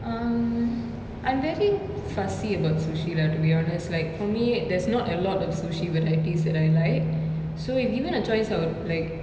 um I'm very fussy about sushi lah to be honest like for me there's not a lot of sushi when I taste that I like so if given a choice I would like